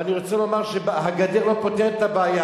ואני רוצה לומר שהגדר לא פותרת את הבעיה,